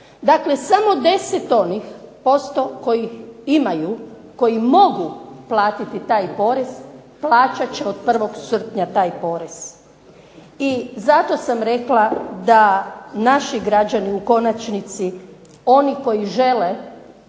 dakle samo 10 onih posto koji imaju, koji mogu platiti taj porez plaćat će od 1. srpnja tja porez. I zato sam rekla da naši građani u konačnici, oni koji žele